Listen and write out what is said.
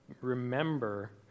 remember